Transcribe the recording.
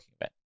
event